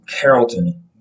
Carrollton